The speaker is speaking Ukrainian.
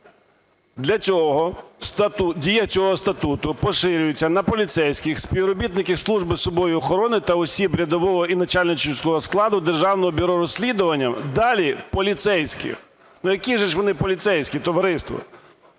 "Дія цього статуту поширюється на поліцейських, співробітників Служби судової охорони та осіб рядового і начальницького складу Державного бюро розслідувань (далі – поліцейських)…". Ну які ж вони поліцейські, товариство?